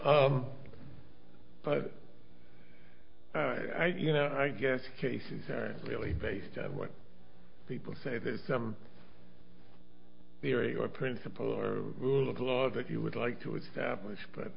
but you know i guess cases are really based on what people say that some theory or principle or rule of law that you would like to establish but